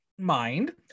mind